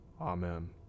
Amen